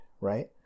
right